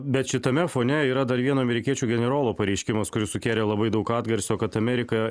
bet šitame fone yra dar vieno amerikiečių generolų pareiškimas kuris sukėlė labai daug atgarsių kad amerika